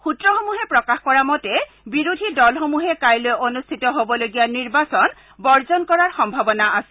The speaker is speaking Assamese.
সূত্ৰসমূহে প্ৰকাশ কৰা মতে বিৰোধী দলসমূহে কাইলৈ অনুষ্ঠিত হ'বলগীয়া নিৰ্বাচন বৰ্জন কৰাৰ সম্ভাৱনা আছিল